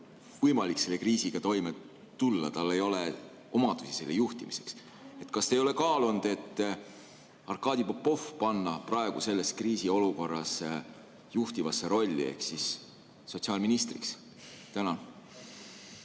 võimalik selle kriisiga toime tulla, tal ei ole omadusi selle juhtimiseks. Kas te ei ole kordagi kaalunud panna Arkadi Popovi selles kriisiolukorras juhtivasse rolli ehk siis sotsiaalministriks? Aitäh!